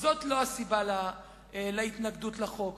זאת לא הסיבה להתנגדות לחוק.